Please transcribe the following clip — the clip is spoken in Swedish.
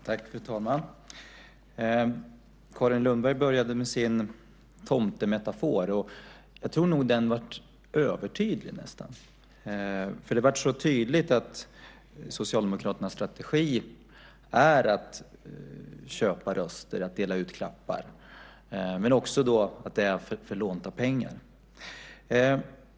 Fru talman! Carin Lundberg började med sin tomtemetafor. Jag tror nog den blev nästan övertydlig. Det blev så tydligt att Socialdemokraternas strategi är att köpa röster och dela ut klappar, men också att det sker för lånta pengar.